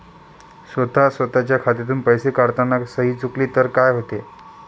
स्वतः स्वतःच्या खात्यातून पैसे काढताना सही चुकली तर काय होते?